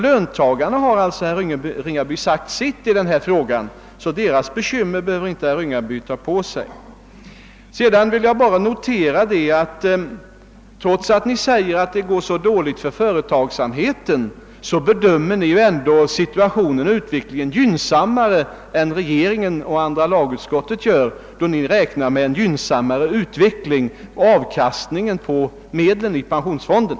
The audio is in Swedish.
Löntagarna har emellertid sagt sitt i denna fråga, och några bekymmer för deras skull behöver herr Ringaby alltså inte ha. Trots att ni på högerhåll säger att det är så illa ställt för företagen, måste ni ändå bedöma situationen som gynnsammare än vad regeringen och andra lagutskottet gör, eftersom ni räknar med en bättre utveckling när det gäller avkastningen av medlen i pensionsfonden.